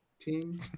team